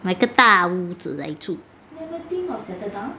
买个大屋子来住